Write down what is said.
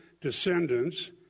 descendants